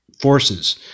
forces